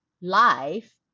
life